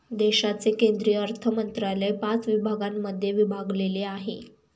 देशाचे केंद्रीय अर्थमंत्रालय पाच विभागांमध्ये विभागलेले आहे